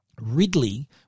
Ridley